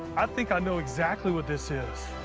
i think i know exactly what this is.